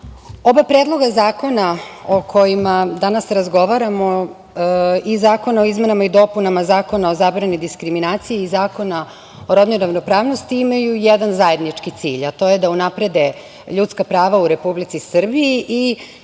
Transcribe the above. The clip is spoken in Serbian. oba predloga zakona o kojima danas razgovaramo i Zakona o izmenama i dopunama Zakona o zabrani diskriminacije i Zakona o rodnoj ravnopravnosti imaju jedan zajednički cilj, a to je da unaprede ljudska prava u Republici Srbiji i